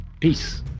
Peace